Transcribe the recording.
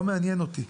לא מעניין אותי.